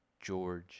George